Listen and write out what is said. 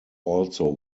also